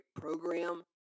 program